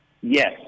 yes